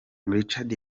richard